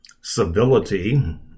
Civility